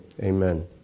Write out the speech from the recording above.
Amen